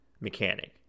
mechanic